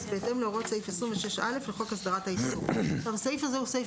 בהתאם להוראות סעיף 26א לחוק הסדרת העיסוק "; סעיף 3 הוא סעיף